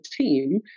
team